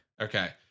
Okay